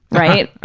right?